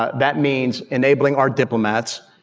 ah that means enabling our diplomats.